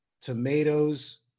tomatoes